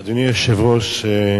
אדוני היושב-ראש,